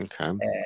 Okay